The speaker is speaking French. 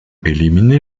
éliminé